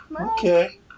okay